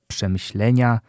Przemyślenia